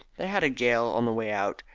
they had a gale on the way out,